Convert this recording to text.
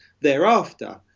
thereafter